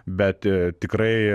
bet tikrai